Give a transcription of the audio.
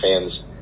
fans